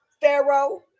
Pharaoh